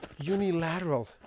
unilateral